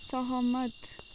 सहमत